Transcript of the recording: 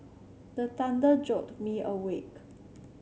the thunder jolt me awake